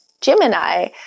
gemini